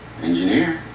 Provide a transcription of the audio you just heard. Engineer